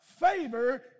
Favor